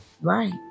Right